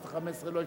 עשר דקות.